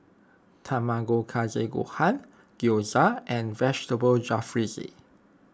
Tamago Kake Gohan Gyoza and Vegetable Jalfrezi